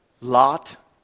Lot